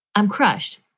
i'm crushed.